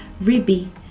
Ribby